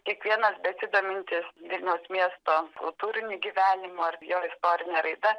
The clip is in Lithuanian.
kiekvienas besidomintis vilniaus miesto kultūriniu gyvenimu ar jo istorine raida